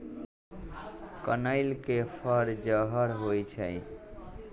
कनइल के फर जहर होइ छइ